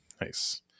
Nice